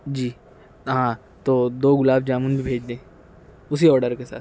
جی ہاں تو دو گلاب جامن بھی بھیج دیں اسی آڈر کے ساتھ